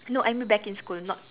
no I mean back in school not